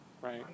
right